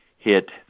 hit